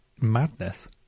madness